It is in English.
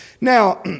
Now